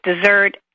dessert